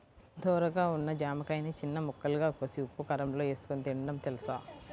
ధోరగా ఉన్న జామకాయని చిన్న ముక్కలుగా కోసి ఉప్పుకారంలో ఏసుకొని తినడం తెలుసా?